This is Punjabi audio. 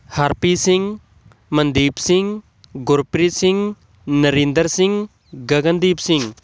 ਹਰਪੀਤ ਸਿੰਘ ਮਨਦੀਪ ਸਿੰਘ ਗੁਰਪ੍ਰੀਤ ਸਿੰਘ ਨਰਿੰਦਰ ਸਿੰਘ ਗਗਨਦੀਪ ਸਿੰਘ